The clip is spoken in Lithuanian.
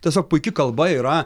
tiesiog puiki kalba yra